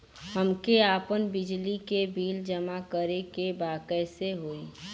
हमके आपन बिजली के बिल जमा करे के बा कैसे होई?